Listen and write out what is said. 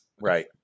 Right